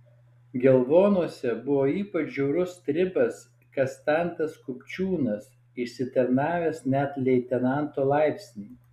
gelvonuose buvo ypač žiaurus stribas kastantas kupčiūnas išsitarnavęs net leitenanto laipsnį